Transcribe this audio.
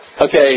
Okay